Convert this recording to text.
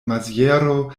maziero